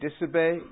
disobey